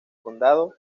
condado